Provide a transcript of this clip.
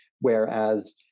Whereas